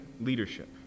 leadership